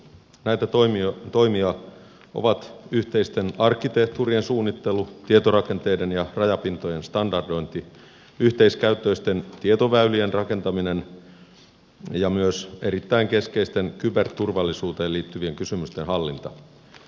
näitä toimia ovat yhteisten arkkitehtuurien suunnittelu tietorakenteiden ja rajapintojen standardointi yhteiskäyttöisten tietoväylien rakentaminen ja myös erittäin keskeisten kyberturvallisuuteen liittyvien kysymysten hallinta